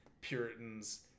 puritans